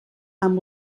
amb